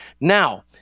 Now